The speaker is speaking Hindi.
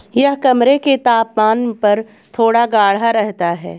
यह कमरे के तापमान पर थोड़ा गाढ़ा रहता है